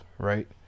Right